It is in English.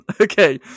Okay